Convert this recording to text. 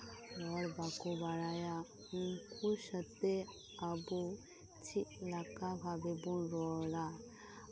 ᱨᱚᱲ ᱵᱟᱠᱚ ᱵᱟᱲᱟᱭᱟ ᱩᱱᱠᱩ ᱥᱟᱛᱮᱜ ᱟᱵᱚ ᱪᱮᱫ ᱞᱮᱠᱟ ᱵᱷᱟᱵᱮ ᱵᱚ ᱨᱚᱲᱼᱟ